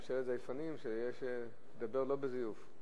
הוא דיבר על ממשלת זייפנים, שתדבר לא בזיוף.